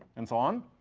and so on.